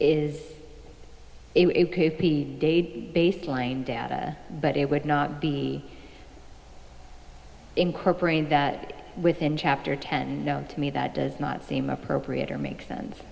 is based line data but it would not be incorporated that within chapter ten to me that does not seem appropriate or makes sense